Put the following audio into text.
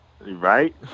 Right